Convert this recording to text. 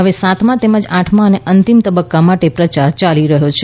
હવે સાતમા તેમજ આઠમા અને અંતિમ તબક્કા માટે પ્રચાર ચાલી રહ્યો છે